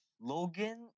Logan